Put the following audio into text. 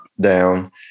down